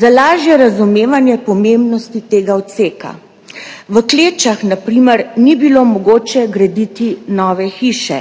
Za lažje razumevanje pomembnosti tega odseka. V Klečah na primer ni bilo mogoče graditi nove hiše.